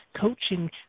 coaching